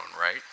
right